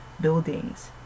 buildings